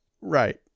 Right